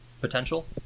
potential